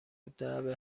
الدعوه